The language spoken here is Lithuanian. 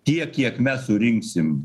tiek kiek mes surinksim